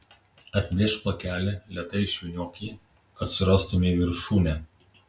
atplėšk pakelį lėtai išvyniok jį kad surastumei viršūnę